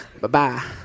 Bye-bye